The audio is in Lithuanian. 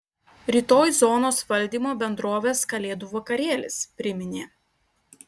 rytoj zonos valdymo bendrovės kalėdų vakarėlis priminė